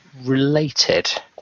related